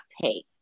pay